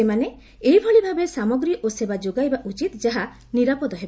ସେମାନେ ଏଭଳିଭାବେ ସାମଗ୍ରୀ ଓ ସେବା ଯୋଗାଇବା ଉଚିତ ଯାହା ନିରାପଦ ହେବ